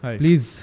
please